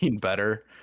better